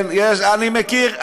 כן, אני מכיר.